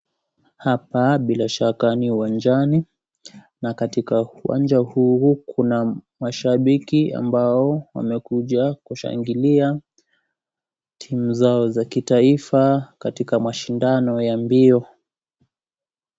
Hapa bila shaka ni uwanjani, na katika uanja huu Kuna mashabiki ambao wamekuja kushangikia timu zao za kitaifa katika mashindani ya mbio.